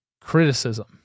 criticism